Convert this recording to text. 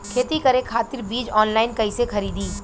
खेती करे खातिर बीज ऑनलाइन कइसे खरीदी?